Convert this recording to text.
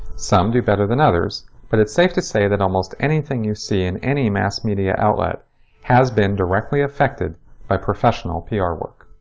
some do better than others but it's safe to say that almost anything you see in any mass-media outlet has been directly affected by professional pr work.